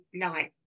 light